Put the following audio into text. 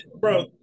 bro